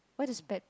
what is bad